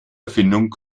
erfindung